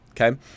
Okay